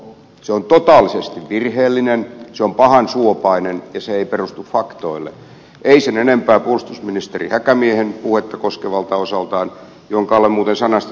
se on totaalisesti virheellinen se on pahansuopainen eikä perustu faktoille ei sen enempää puolustusministeri häkämiehen puhetta koskevalta osaltaan jonka olen muuten sanasta sanaan lukenut